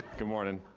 good morning.